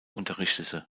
unterrichtete